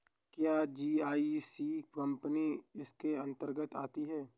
क्या GIC company इसके अन्तर्गत आती है?